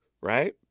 Right